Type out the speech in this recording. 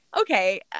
okay